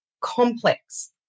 complex